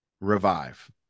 revive